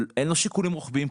אין לארגון שיקולים רוחביים,